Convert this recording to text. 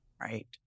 Right